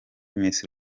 miss